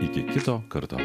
iki kito karto